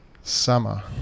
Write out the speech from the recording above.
summer